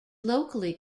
locally